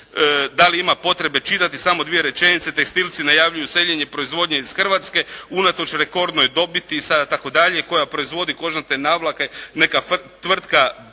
da li ima potrebe čitati, samo dvije rečenice, tekstilci najavljuju seljenje proizvodnje iz Hrvatske unatoč rekordnoj dobiti sada, tako dalje, koja proizvodi kožnate navlake, neka tvrtka "Boxmark",